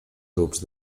grups